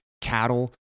cattle